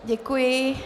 Děkuji.